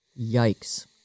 Yikes